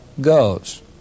goes